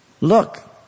look